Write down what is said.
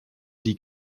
die